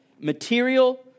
material